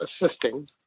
assisting